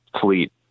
fleet